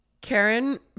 karen